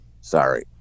Sorry